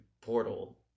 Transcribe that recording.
portal